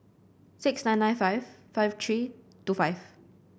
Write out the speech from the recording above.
six nine nine five five three two five